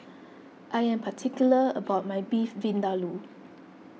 I am particular about my Beef Vindaloo